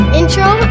intro